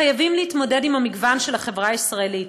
חייבים להתמודד עם המגוון של החברה הישראלית.